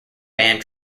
band